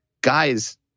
guys